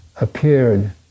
appeared